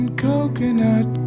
coconut